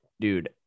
dude